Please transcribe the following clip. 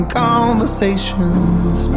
conversations